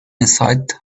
inside